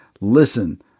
listen